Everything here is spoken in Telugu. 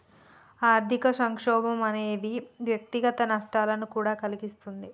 ఆర్థిక సంక్షోభం అనేది వ్యక్తిగత నష్టాలను కూడా కలిగిస్తుంది